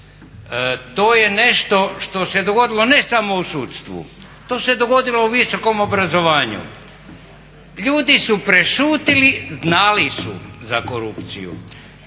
To je nešto što se dogodilo ne samo u sudstvu, to se dogodilo u visokom obrazovanju. Ljudi su prešutili, znali su za korupciju,